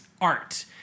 art